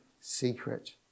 secret